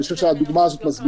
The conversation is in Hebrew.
אני חושב שהדוגמה הזאת מסבירה.